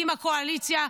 עם הקואליציה,